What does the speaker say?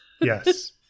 yes